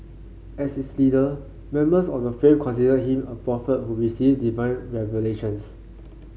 as is leader members of the faith considered him a prophet who received divine revelations